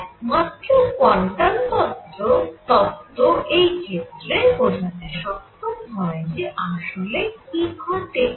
একমাত্র কোয়ান্টাম তত্ত্ব এই ক্ষেত্রে বোঝাতে সক্ষম হয় যে আসলে কি ঘটে